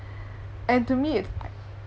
and to me it's